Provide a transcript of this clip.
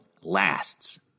lasts